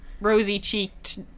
rosy-cheeked